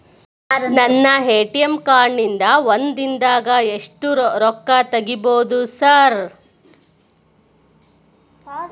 ನನ್ನ ATM card ನಿಂದಾ ಒಂದ್ ದಿಂದಾಗ ಎಷ್ಟ ರೊಕ್ಕಾ ತೆಗಿಬೋದು ಸಾರ್?